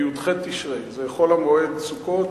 בי"ח בתשרי, זה חול-המועד סוכות.